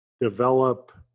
develop